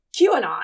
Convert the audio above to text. QAnon